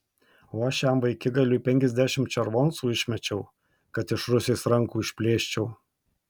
o aš šiam vaikigaliui penkiasdešimt červoncų išmečiau kad iš rusės rankų išplėščiau